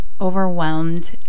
overwhelmed